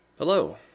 hello